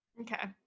Okay